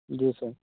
जी sir